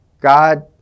God